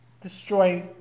destroy